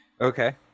Okay